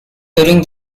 during